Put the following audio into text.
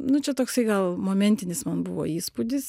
nu čia toksai gal momentinis man buvo įspūdis